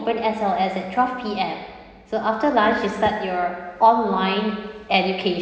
work S_L_S at twelve P M so after lunch you start your online education